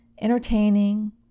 entertaining